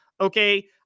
Okay